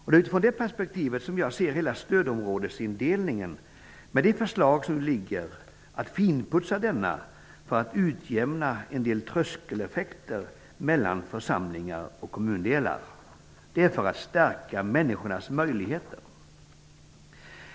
Det är i det perspektivet som jag ser hela stödområdesindelningen, som med de förslag som har lagts fram nu finputsas för att utjämna en del tröskeleffekter mellan församlingar och kommundelar. Det är för att stärka människornas möjligheter.